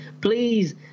please